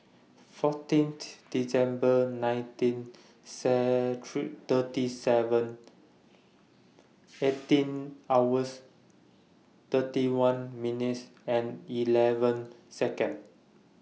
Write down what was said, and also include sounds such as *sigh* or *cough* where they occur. fourteen *unintelligible* December nineteen *unintelligible* thirty seven eighteen hours thirty one minutes eleven Seconds